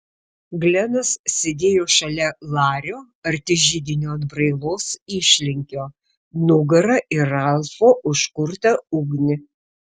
glenas sėdėjo šalia lario arti židinio atbrailos išlinkio nugara į ralfo užkurtą ugnį